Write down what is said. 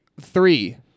Three